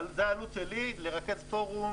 זאת העלות שלי לרכז פורום,